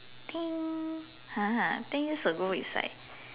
think !huh! ten years ago is like